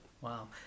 Wow